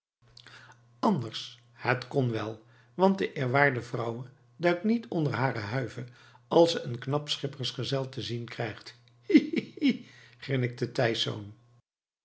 anders het kon wel want de eerwaarde vrouwe duikt niet onder hare huive als ze een knap schippers gezel te zien krijgt hi hi hi grinnikte thijsz